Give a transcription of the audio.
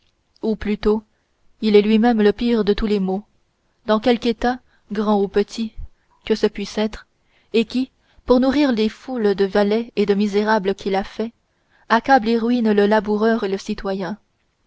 ou plutôt il est lui-même le pire de tous les maux dans quelque état grand ou petit que ce puisse être et qui pour nourrir des foules de valets et de misérables qu'il a faits accable et ruine le laboureur et le citoyen